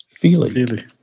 feeling